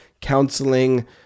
counseling